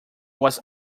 was